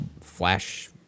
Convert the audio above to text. flash